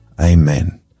amen